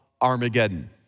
Armageddon